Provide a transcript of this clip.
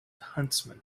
huntsman